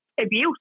abuse